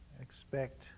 expect